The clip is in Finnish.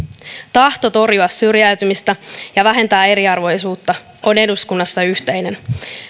tahto torjua syrjäytymistä ja vähentää eriarvoisuutta on eduskunnassa yhteinen